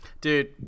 Dude